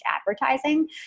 advertising